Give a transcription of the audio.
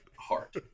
heart